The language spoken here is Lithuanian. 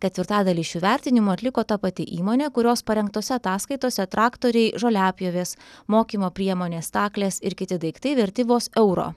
ketvirtadalį šių vertinimų atliko ta pati įmonė kurios parengtose ataskaitose traktoriai žoliapjovės mokymo priemonės staklės ir kiti daiktai verti vos euro